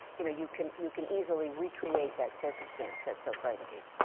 you know, you can you can easily recreate that circumstance, that so frightened you.